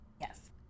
Yes